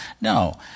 no